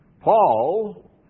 Paul